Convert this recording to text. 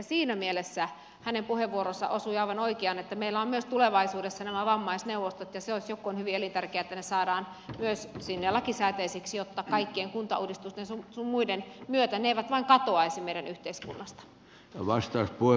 siinä mielessä hänen puheenvuoronsa osui aivan oikeaan että meillä on myös tulevaisuudessa nämä vammaisneuvostot ja se jos joku on hyvin elintär keää että ne saadaan myös sinne lakisääteisiksi jotta kaikkien kuntauudistusten sun muiden myötä ne eivät vain katoaisi meidän yhteiskunnastamme